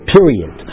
Period